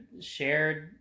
shared